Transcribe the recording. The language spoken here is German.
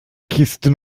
kisten